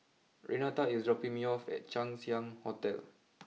Renata is dropping me off at Chang Ziang Hotel